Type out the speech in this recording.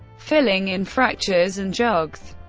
filling in fractures and jogs.